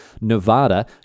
Nevada